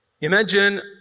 Imagine